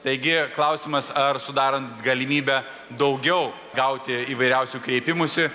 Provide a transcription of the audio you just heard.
taigi klausimas ar sudarant galimybę daugiau gauti įvairiausių kreipimųsi